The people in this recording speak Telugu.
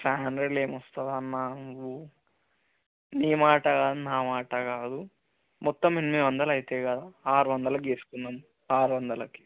ఫైవ్ హండ్రడ్లో ఏమి వస్తుందన్న నువ్వు నీ మాట కాదు నా మాట కాదు మొత్తం ఎనిమిది వందలు అవుతాయి కదా ఆరు వందలకి చేసుకుందాం ఆరు వందలకి